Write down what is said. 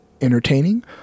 entertaining